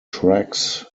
tracks